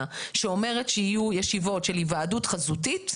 שאומרת שיהיו ישיבות של היוועדות חזותית,